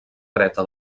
dreta